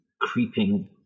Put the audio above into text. creeping